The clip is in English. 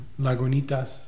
Lagunitas